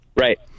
Right